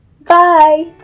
bye